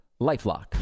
lifelock